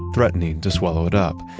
threatening to swallow it up.